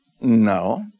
no